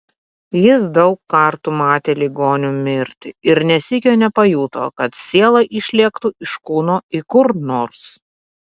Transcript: jis daug kartų matė ligonių mirtį ir nė sykio nepajuto kad siela išlėktų iš kūno į kur nors